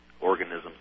organisms